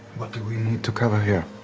what do we need to cover here,